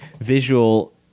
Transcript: visual